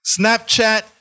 Snapchat